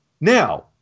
Now